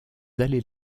allées